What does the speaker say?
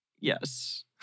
Yes